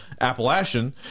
Appalachian